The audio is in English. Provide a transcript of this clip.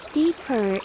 deeper